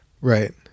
Right